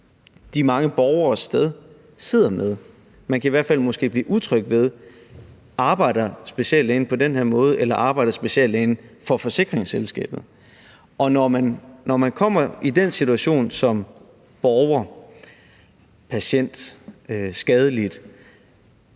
de mange borgere sidder med. Man kan måske i hvert fald blive utryg ved: Arbejder speciallægen på den her måde, eller arbejder speciallægen for forsikringsselskabet? Når man som borger, patient, skadelidt,